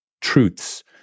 truths